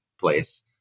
place